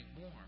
more